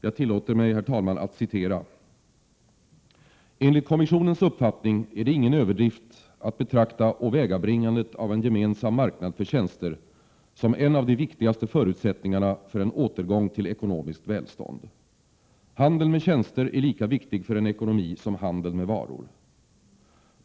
Jag tillåter mig, herr talman, att citera: ”Enligt Kommissionens uppfattning är det ingen överdrift att betrakta åvägabringandet av en gemensam marknad för tjänster som en av de viktigaste förutsättningarna för en återgång till ekonomiskt välstånd. Handeln med tjänster är lika viktig för en ekonomi som handeln med varor.